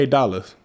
Dollars